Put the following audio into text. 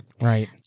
Right